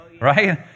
Right